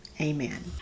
amen